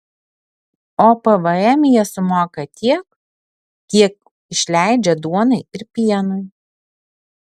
o pvm jie sumoka tiek kiek išleidžia duonai ir pienui